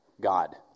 God